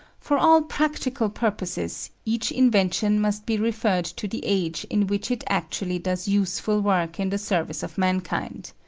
for all practical purposes each invention must be referred to the age in which it actually does useful work in the service of mankind.